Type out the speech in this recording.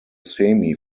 semi